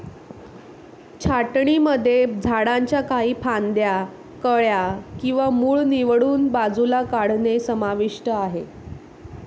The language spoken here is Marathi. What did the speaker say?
छाटणीमध्ये झाडांच्या काही फांद्या, कळ्या किंवा मूळ निवडून बाजूला काढणे समाविष्ट आहे